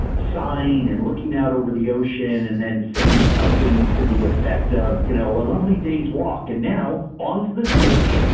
and looking out over the ocean, and then saying something to the effect of, you know a lovely day's walk and now, on to the village!